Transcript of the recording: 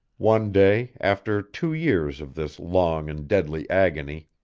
one day, after two years of this long and deadly agony,